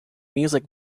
music